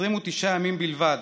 29 ימים בלבד